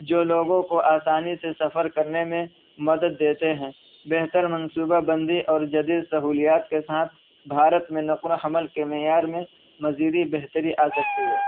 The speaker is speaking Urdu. جو لوگوں کو آسانی سے سفر کرنے میں مدد دیتے ہیں بہتر منصوبہ بندی اور جدید سہولیات کے ساتھ بھارت میں نقل و حمل کے معیار میں مزید بہتری آ سکتی ہے